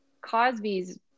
cosby's